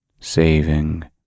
saving